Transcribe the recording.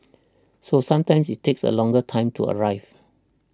so sometimes it takes a longer time to arrive